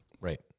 Right